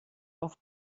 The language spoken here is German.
auf